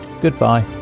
Goodbye